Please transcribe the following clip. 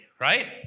right